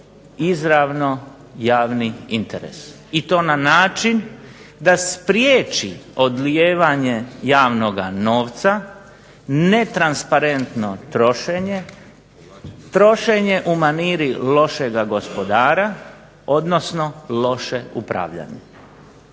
izravno javni interes i to na način da spriječi odlijevanje javnoga novca, netransparentno trošenje, trošenje u maniri lošega gospodara odnosno loše upravljanje.